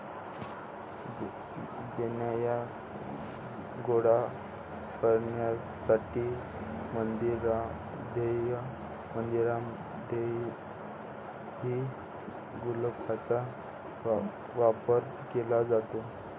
देणग्या गोळा करण्यासाठी मंदिरांमध्येही गुल्लकांचा वापर केला जातो